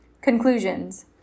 Conclusions